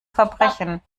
verbrechen